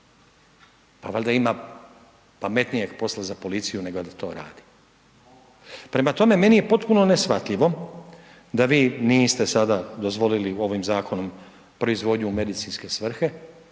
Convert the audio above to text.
pa valjda ima pametnijeg posla za policiju nego da to radi. Prema tome meni je potpuno neshvatljivo da vi niste sada dozvolili ovim zakonom proizvodnju u medicinske svrhe